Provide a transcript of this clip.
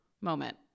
moment